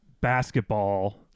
basketball